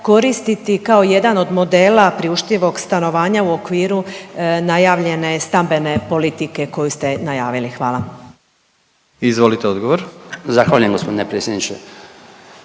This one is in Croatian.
koristiti kao jedan od modela priuštivog stanovanja u okviru najavljene stambene politike koju ste najavili. Hvala. **Bačić, Branko (HDZ)** Zahvaljujem gospodine predsjedniče.